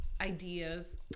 ideas